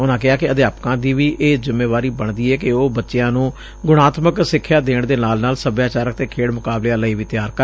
ਉਨੁਾ ਕਿਹਾ ਕਿ ਅਧਿਆਪਕਾਂ ਦੀ ਵੀ ਇਹ ਜ਼ਿਮੇਵਾਰੀ ਬਣਦੀ ਏ ਕਿ ਉਹ ਬੱਚਿਆਂ ਨੂੰ ਗੁਣਾਤਮਕ ਸਿੱਖਿਆ ਦੇਣ ਦੇ ਨਾਲ ਨਾਲ ਸੱਭਿਆਚਾਰਕ ਤੇ ਖੇਡ ਮੁਕਾਬਲਿਆਂ ਲਈ ਵੀ ਤਿਆਰ ਕਰਨ